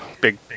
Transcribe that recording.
Big